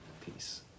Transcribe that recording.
peace